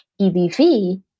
EBV